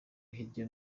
hirya